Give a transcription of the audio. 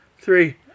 three